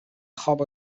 خواب